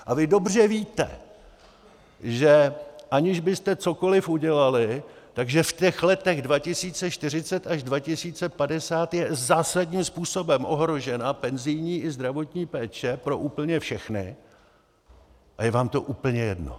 A vy dobře víte, že aniž byste cokoliv udělali, že v těch letech 2040 až 2050 je zásadním způsobem ohrožena penzijní i zdravotní péče pro úplně všechny, a je vám to úplně jedno.